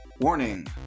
Warning